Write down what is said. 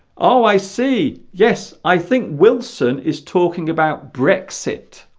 oh i see yes i think wilson is talking about brexit